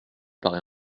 paraît